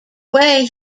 way